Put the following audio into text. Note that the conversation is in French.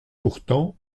pourtant